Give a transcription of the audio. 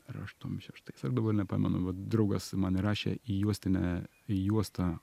ar aštuom šeštais aš dabar nepamenu bet draugas man rašė į juostinę juostą